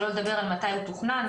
שלא לדבר על מתי הוא תוכנן.